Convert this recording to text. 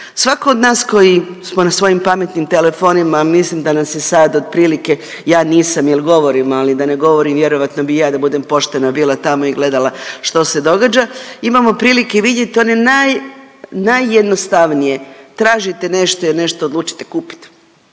Svako od nas koji smo na svojim pametnim telefonima, a mislim da nas je sad otprilike, ja nisam jel govorim, ali da ne govorim vjerojatno bi i ja da budem poštena bila tamo i gledala što se događa, imamo prilike vidjet one naj, najjednostavnije, tražite nešto jer nešto odlučite kupit,